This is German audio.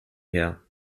her